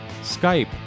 Skype